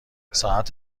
ساعت